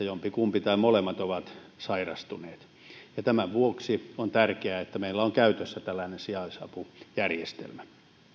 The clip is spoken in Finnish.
jompikumpi tai molemmat ovat sairastuneet tämän vuoksi on tärkeää että meillä on käytössä tällainen sijaisapujärjestelmä